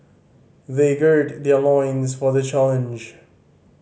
they gird their loins for the challenge